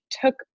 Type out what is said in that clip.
took